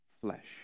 flesh